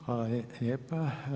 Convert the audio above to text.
Hvala lijepa.